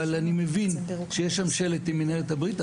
אבל אני מבין שיש שם שלט עם מנהרת הברית,